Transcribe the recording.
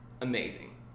Amazing